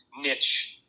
niche